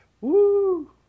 Woo